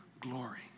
glory